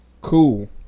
cool